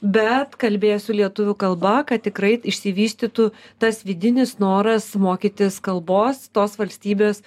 bet kalbėsiu lietuvių kalba kad tikrai išsivystytų tas vidinis noras mokytis kalbos tos valstybės